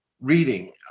reading